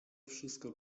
wszystko